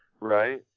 right